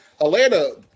Atlanta